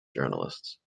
journalists